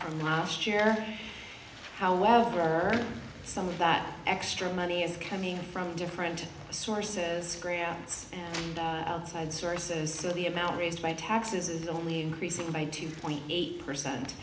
from last year however some of that extra money is coming from different sources grants side sources the amount raised by taxes is only increasing by two point eight percent